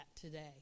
today